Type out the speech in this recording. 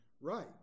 right